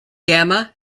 gamma